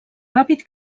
ràpid